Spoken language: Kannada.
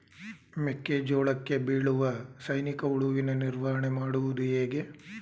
ಮೆಕ್ಕೆ ಜೋಳಕ್ಕೆ ಬೀಳುವ ಸೈನಿಕ ಹುಳುವಿನ ನಿರ್ವಹಣೆ ಮಾಡುವುದು ಹೇಗೆ?